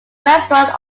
restaurant